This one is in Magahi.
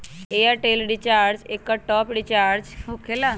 ऐयरटेल रिचार्ज एकर टॉप ऑफ़ रिचार्ज होकेला?